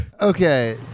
Okay